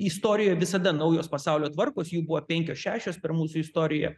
istorijoj visada naujos pasaulio tvarkos jų buvo penkios šešios per mūsų istoriją